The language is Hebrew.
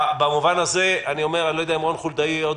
במובן הזה אני לא יודע אם רון חולדאי עוד